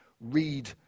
read